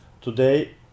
today